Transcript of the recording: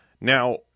Now